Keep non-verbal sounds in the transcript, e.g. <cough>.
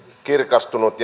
kirkastunut <unintelligible>